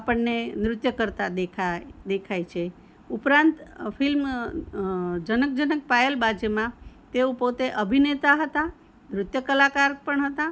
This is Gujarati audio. આપણને નૃત્ય કરતા દેખાય છે ઉપરાંત ફિલ્મ જનક જનક પાયલ બાજેમાં તેઓ પોતે અભિનેતા હતા નૃત્ય કલાકાર પણ હતા